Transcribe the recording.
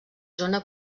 zona